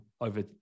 over